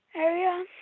area